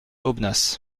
aubenas